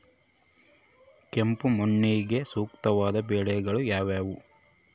ಕೆಂಪು ಮಣ್ಣಿಗೆ ಸೂಕ್ತವಾದ ಬೆಳೆಗಳು ಯಾವುವು?